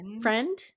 Friend